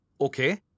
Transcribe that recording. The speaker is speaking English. Okay